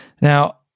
Now